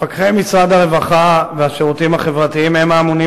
מפקחי משרד הרווחה והשירותים החברתיים הם האמונים